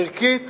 ערכית